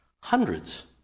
hundreds